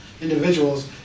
individuals